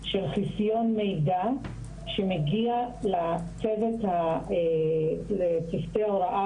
של חסיון מידע שמגיע לצוותי ההוראה